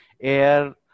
air